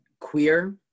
queer